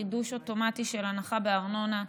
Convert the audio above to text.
חידוש אוטומטי של הנחה בארנונה),